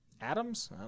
atoms